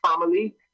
family